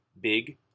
Big